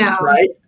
right